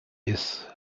ist